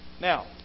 Now